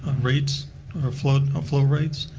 um rates are flood ah flow rates.